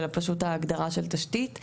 אלא פשוט ההגדרה של תשתית.